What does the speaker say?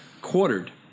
quartered